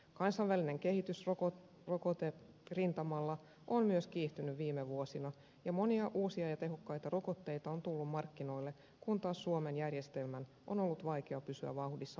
kansainvälinen kehitys rokoterintamalla on myös kiihtynyt viime vuosina ja monia uusia ja tehokkaita rokotteita on tullut markkinoille kun taas suomen järjestelmän on ollut vaikea pysyä vauhdissa mukana